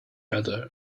other